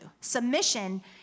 Submission